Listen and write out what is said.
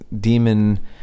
demon